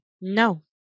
No